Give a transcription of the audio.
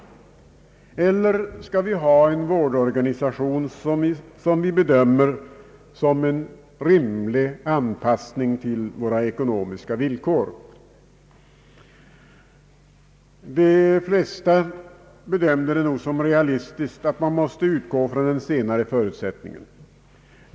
Eller skall vi ha en vårdorganisation som vi bedömer som en rimlig anpassning till våra ekonomiska villkor? De flesta bedömer det nog som realistiskt att man måste utgå från den senare förutsättningen.